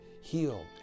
heal